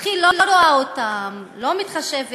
הכי לא רואה אותם, לא מתחשבת